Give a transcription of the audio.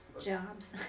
jobs